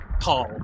tall